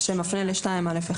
שמפנה לסעיף 2א(1).